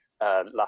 Last